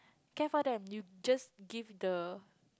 care for them you just give the